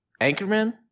Anchorman